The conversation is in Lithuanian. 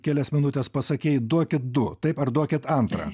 kelias minutes pasakei duokit du taip ar parduokit antrą